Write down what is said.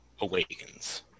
awakens